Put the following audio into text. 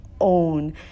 own